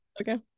Okay